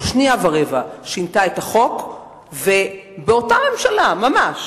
שנייה ורבע שינתה את החוק ובאותה ממשלה ממש